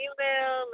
Email